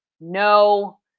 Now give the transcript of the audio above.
no